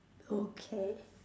okay